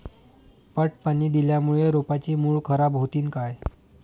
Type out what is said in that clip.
पट पाणी दिल्यामूळे रोपाची मुळ खराब होतीन काय?